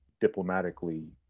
diplomatically